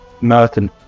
Merton